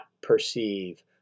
perceive